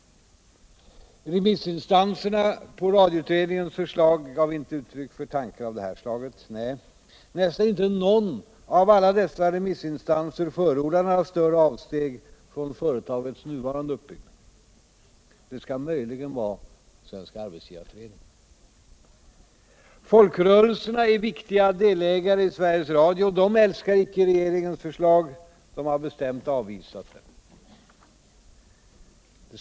Remissinstanserna som vttrade sig över radioutredningens förslag gav inte uttryck för tankar av det här slaget. Nästan ingen av alla dessa remissinstanser förordar några större avsteg från företagets nuvarande uppbyggnad — det skall i så fall möjligen vara Svenska arbetsgivareföreningen. Foölkrörelserna är viktiga delägare i Sveriges Radio. De älskar icke regeringens förslag — de har bestämt avvisat det.